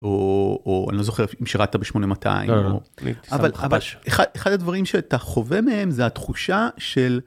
או אני לא זוכר אם שירתת ב-8200, אבל אבל אחד הדברים שאתה חווה מהם זה התחושה של...